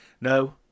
No